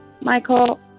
Michael